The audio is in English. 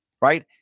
right